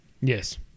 Yes